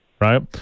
right